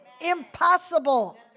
impossible